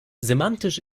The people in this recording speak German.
semantisch